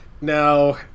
Now